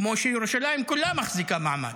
כמו שירושלים כולה מחזיקה מעמד,